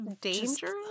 dangerous